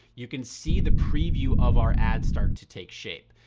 you can see the preview of our ad start to take shape.